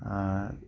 আর